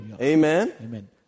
amen